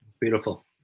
Beautiful